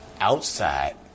outside